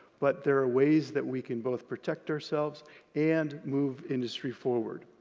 but there are ways that we can both protect ourselves and move industry forward.